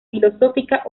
filosófica